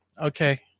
Okay